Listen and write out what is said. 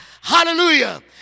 Hallelujah